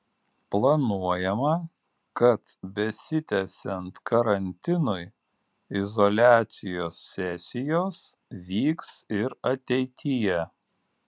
planuojama kad besitęsiant karantinui izoliacijos sesijos vyks ir ateityje